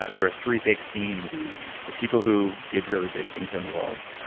there were three big themes that people who did really big things in the world,